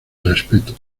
respeto